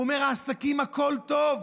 הוא אומר: העסקים, הכול טוב.